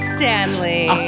Stanley